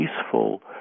peaceful